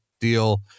deal